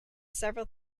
several